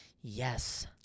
Yes